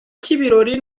cy’ibirori